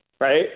Right